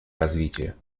развитие